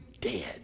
dead